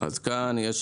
אז כאן יש